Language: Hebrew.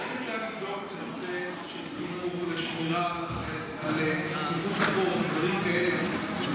האם אפשר לבדוק את הנושא של --- ושמירה על כפיפות לפורום ודברים כאלה.